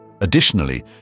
Additionally